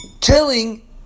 telling